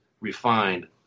refined